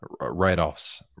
write-offs